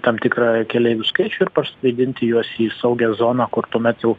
tam tikrą keleivių skaičių ir parskraidinti juos į saugią zoną kur tuomet jau